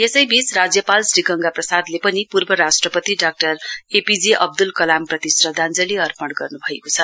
यसैबीच राज्यपाल श्री गंगा प्रसादले पनि पूर्व राष्ट्रपति doctor A P J Abdul Kalam प्रति श्रध्याञ्जली गर्नुभएको छ